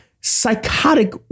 psychotic